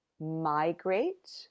migrate